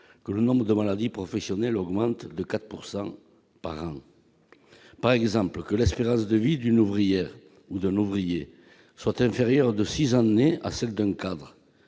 que le nombre de maladies professionnelles augmente de 4 % par an ou que l'espérance de vie d'une ouvrière ou d'un ouvrier soit inférieure de six années à celle d'un cadre